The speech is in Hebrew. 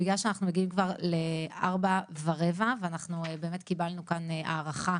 בגלל שאנחנו מגיעים כבר ל-16:15 ובאמת קיבלנו כאן הארכה